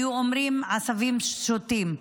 היו אומרים "עשבים שוטים".